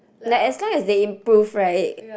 that as long as they improve right